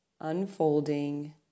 unfolding